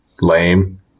lame